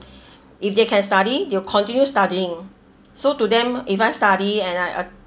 if they can study they will continue studying so to them if I study and I uh